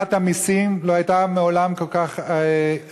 גביית המסים לא הייתה מעולם כל כך רבה.